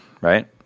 right